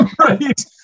Right